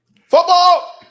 Football